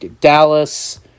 Dallas